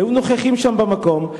והיו נוכחים שם במקום.